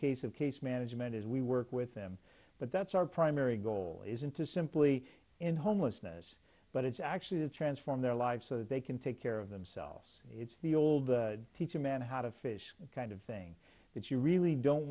case of case management as we work with them but that's our primary goal isn't to simply end homelessness but it's actually to transform their lives so that they can take care of themselves it's the old teach a man how to fish kind of thing that you really don't